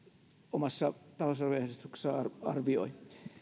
omassa talousarvioesityksessään arvioi